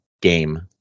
game